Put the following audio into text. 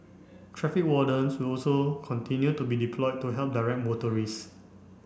traffic wardens will also continue to be deployed to help direct motorists